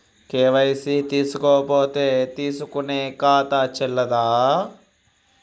KYC చేసుకోకపోతే తీసుకునే ఖాతా చెల్లదా?